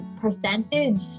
percentage